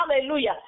Hallelujah